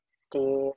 Steve